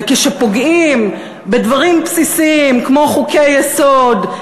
וכשפוגעים בדברים בסיסיים כמו חוקי-יסוד,